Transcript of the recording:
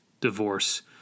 divorce